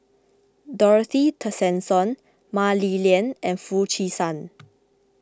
Dorothy Tessensohn Mah Li Lian and Foo Chee San